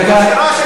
דקה, דקה.